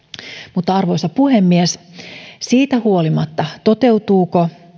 mutta arvoisa puhemies siitä huolimatta toteutuuko